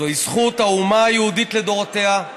זוהי זכות האומה היהודית לדורותיה,